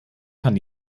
kann